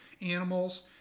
animals